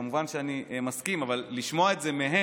כמובן, אני מסכים, אבל לשמוע את זה מהם,